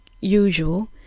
usual